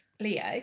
Leo